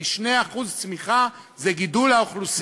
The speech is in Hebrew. כי 2% צמיחה זה גידול האוכלוסייה,